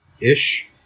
Ish